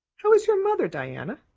how is your mother, diana?